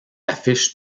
affiche